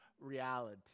reality